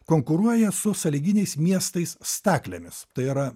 konkuruoja su sąlyginiais miestais staklėmis tai yra